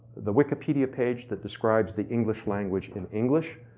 the wikipedia page that describes the english language in english,